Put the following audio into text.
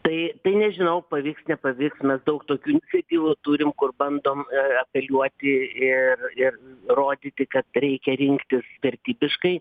tai tai nežinau pavyks nepavyks mes daug tokių iniciatyvų turim kur bandom apeliuoti ir ir rodyti kad reikia rinktis vertybiškai